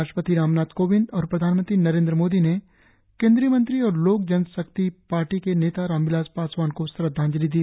राष्ट्रपति रामनाथ कोविंद और प्रधानमंत्री नरेन्द्र मोदी ने केन्द्रीय मंत्री और लोक जनशक्ति पार्टी के नेता रामबिलास पासवान को श्रद्धांजलि दी